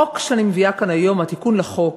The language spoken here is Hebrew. התיקון לחוק